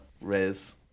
Res